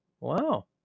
Wow